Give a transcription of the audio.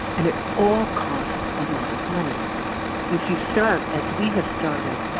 and it all costs a lot of money if you start, as we have started,